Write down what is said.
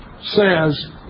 says